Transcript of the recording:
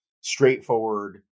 straightforward